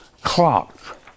clock